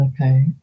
Okay